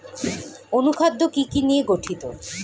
অনুখাদ্য কি কি নিয়ে গঠিত?